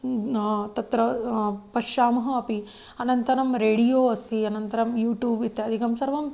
तत्र पश्यामः अपि अनन्तरं रेडियो अस्ति अनन्तरं यूटूब् इत्यादिकं सर्वं